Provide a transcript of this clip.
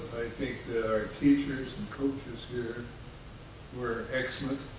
think that our teachers and coaches here were excellent.